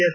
S